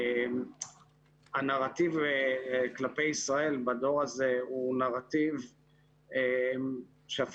שהנרטיב כלפי ישראל בדור הזה הוא נרטיב שאפילו,